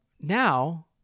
Now